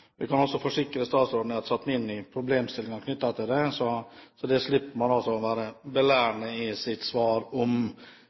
kan også forsikre statsråden om at jeg har satt meg inn i problemstillingene knyttet til dette, så man kan slippe å være